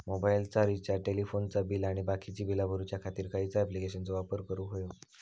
मोबाईलाचा रिचार्ज टेलिफोनाचा बिल आणि बाकीची बिला भरूच्या खातीर खयच्या ॲप्लिकेशनाचो वापर करूक होयो?